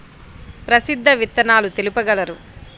ప్రసిద్ధ విత్తనాలు తెలుపగలరు?